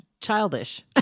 childish